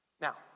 Now